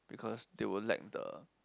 because they will lack the